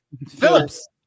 Phillips